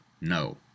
no